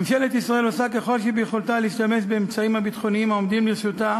ממשלת ישראל עושה כל שביכולתה להשתמש באמצעים הביטחוניים העומדים לרשותה